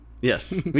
Yes